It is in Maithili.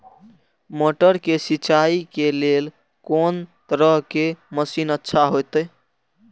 मटर के सिंचाई के लेल कोन तरह के मशीन अच्छा होते?